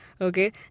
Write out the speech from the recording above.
okay